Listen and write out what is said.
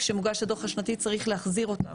כשמוגש הדו"ח השנתי צריך להחזיר אותם.